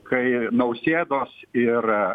kai nausėdos ir